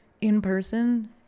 in-person